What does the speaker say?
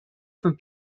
from